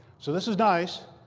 so this is nice.